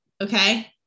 Okay